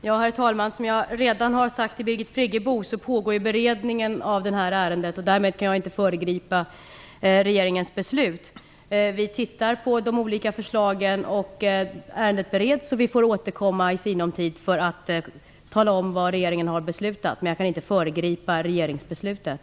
Herr talman! Som jag redan har sagt till Birgit Friggebo pågår beredningen av detta ärende. Jag kan därmed inte föregripa regeringens beslut. Vi tittar på de olika förslagen. Ärendet bereds, och vi återkommer i sinom tid för att tala om vad regeringen har beslutat. Men jag kan inte föregripa regeringsbeslutet.